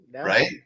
Right